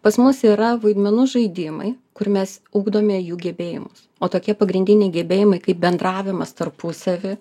pas mus yra vaidmenų žaidimai kur mes ugdome jų gebėjimus o tokie pagrindiniai gebėjimai kaip bendravimas tarpusavy